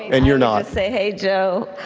and you're not. say, hey, joe,